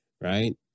Right